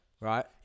Right